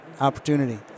opportunity